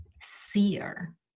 seer